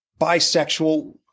bisexual